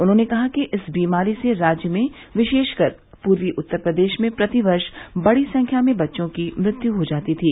उन्होंने कहा कि इस बीमारी से राज्य में विशेषकर पूर्वी उत्तर प्रदेश में प्रति वर्ष बड़ी संख्या में बच्चों की मृत्यु हो जाती थी